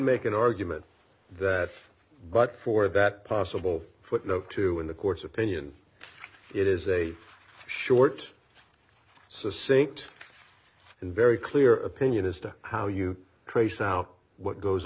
make an argument that but for that possible footnote to in the court's opinion it is a short sinked very clear opinion as to how you trace out what goes